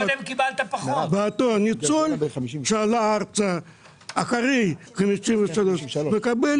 ניצול שואה שעלה ארצה אחרי 1953 מקבל